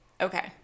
okay